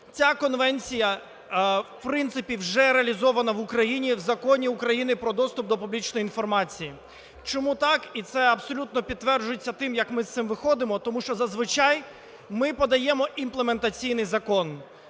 Ця конвенція в принципі вже реалізована в Україні в Законі України "Про доступ до публічної інформації". Чому так? І це абсолютно підтверджується тим, як ми з цим виходимо, тому що зазвичай ми подаємо імплементаційний закон.